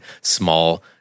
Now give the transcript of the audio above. small